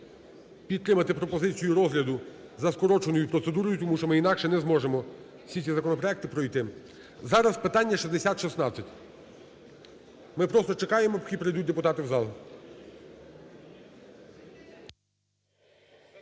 підтримати пропозицію розгляду за скороченою процедурою, тому що ми інакше не зможемо всі ці законопроекти пройти. Зараз питання 6016. Ми просто чекаємо, поки прийдуть депутати в зал.